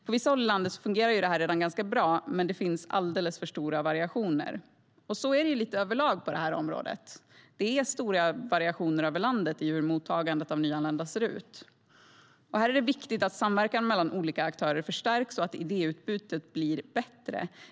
På vissa håll i landet fungerar det här redan ganska bra, men det finns alldeles för stora variationer. Så är det lite överlag på det här området - det är stora variationer över landet i hur mottagandet av nyanlända ser ut. Här är det viktigt att samverkan mellan olika aktörer förstärks och att idéutbytet blir bättre.